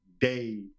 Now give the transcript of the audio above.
day